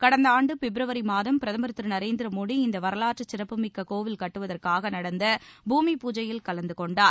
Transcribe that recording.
கடந்த ஆண்டு பிப்ரவரி மாதம் பிரதமர் திரு நரேந்திர மோடி இந்த வரலாற்று சிறப்புமிக்க கோவில் கட்டுவதற்காக நடந்த பூமி பூஜையில் கலந்து கொண்டார்